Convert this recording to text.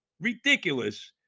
ridiculous